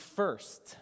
first